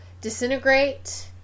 disintegrate